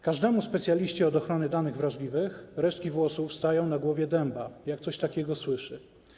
Każdemu specjaliście od ochrony danych wrażliwych resztki włosów stają na głowie dęba, jak coś takiego słyszy.